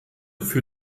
für